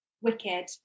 wicked